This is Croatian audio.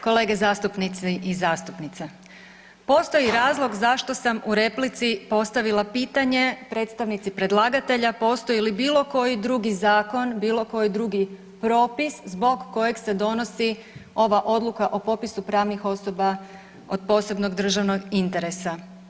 Kolege zastupnici i zastupnice, postoji razlog zašto sam u replici postavila pitanje predstavnici predlagatelja postoji li bilo koji drugi zakon, bilo koji drugi propis zbog kojeg se donosi ova odluka o popisu pravnih osoba od posebnog državnog interesa.